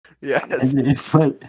yes